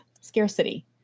scarcity